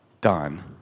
done